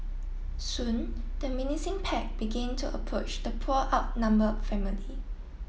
soon the menacing pack begin to approach the poor outnumbered family